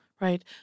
right